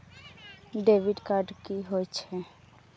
Debit card की होय छे?